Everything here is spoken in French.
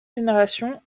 génération